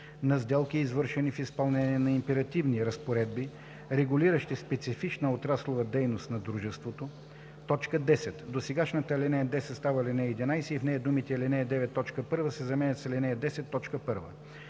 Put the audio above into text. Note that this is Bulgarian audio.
на сделки, извършени в изпълнение на императивни разпоредби, регулиращи специфична отраслова дейност на дружеството.“ 10. Досегашната ал. 10 става ал. 11 и в нея думите „ал. 9, т. 1“ се заменят с „ал. 10,